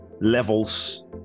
levels